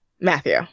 matthew